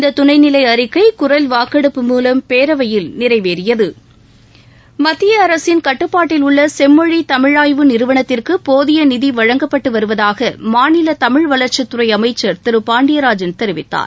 இந்த துணைநிலை அறிக்கை குரல்வாக்கெடுப்பு மூவம் பேரவையில் நிறைவேறியது மத்தியஅரசின் கட்டுப்பாட்டில் உள்ள செம்மொழி தமிழாய்வு நிறுவனத்திற்கு போதிய நிதி வழங்கப்பட்டு வருவதாக மாநில தமிழ் வளர்ச்சித்துறை அமைச்சர் திரு பாண்டியராஜன் தெரிவித்தார்